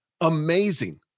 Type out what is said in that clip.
amazing